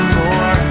more